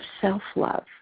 self-love